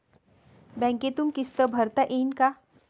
बँकेतून किस्त भरता येईन का?